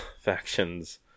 factions